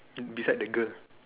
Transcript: beside the girl